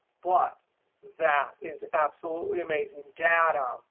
but that is absolutely amazing. data,